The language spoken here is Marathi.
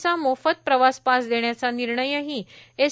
चा मोफत प्रवास पास देण्याचा निर्णय ही एस